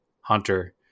Hunter